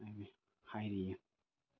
ꯍꯥꯏꯔꯤꯌꯦ